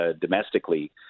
domestically